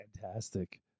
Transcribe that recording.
Fantastic